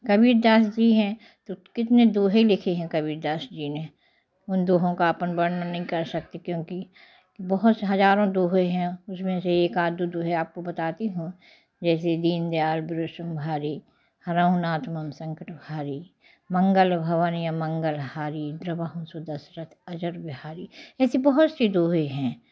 कबीरदास जी हैं तो कितने दोहे लिखे हैं कबीरदास जी ने उन दोनों का अपन वर्णन नहीं कर सकते क्योंकि बहुत हजारों दोहे हैं उसमें से एक आध दो दोहे आपको बताती हूँ जैसे दीनदयाल ब्रिसुमभारी हरहु नाथ मन संकट हारी मंगल भवन अमंगल हारी द्रवहुसु दसरथ अजर बिहारी ऐसे बहुत से दोहे हैं